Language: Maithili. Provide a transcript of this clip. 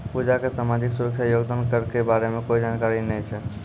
पूजा क सामाजिक सुरक्षा योगदान कर के बारे मे कोय जानकारी नय छै